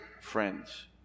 friends